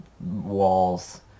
walls